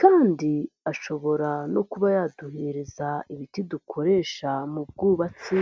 kandi ashobora no kuba yaduhereza ibiti dukoresha mu bwubatsi.